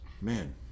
Man